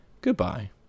goodbye